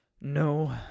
No